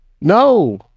No